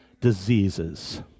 diseases